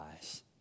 eyes